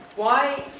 why,